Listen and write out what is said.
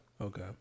Okay